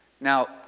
Now